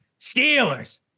Steelers